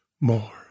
more